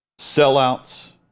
sellouts